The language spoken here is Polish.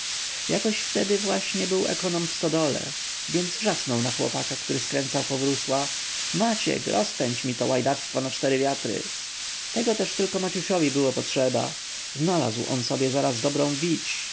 jakoś wtedy właśnie był ekonom w stodole więc wrzasnął na chłopaka który skręcał powrósła maciek rozpędź mi to łajdactwo na cztery wiatry tego też tylko maciusiowi było potrzeba znalazł on sobie zaraz dobrą wić